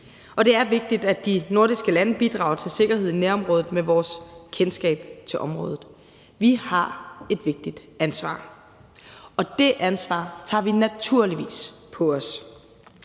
og det er vigtigt, at de nordiske lande bidrager til sikkerhed i nærområdet med vores kendskab til området. Vi har et vigtigt ansvar, og det ansvar tager vi naturligvis på os.